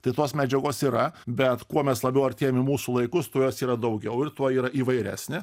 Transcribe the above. tai tos medžiagos yra bet kuo mes labiau artėjam į mūsų laikus tuo jos yra daugiau ir tuo yra įvairesnė